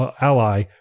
ally